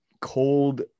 cold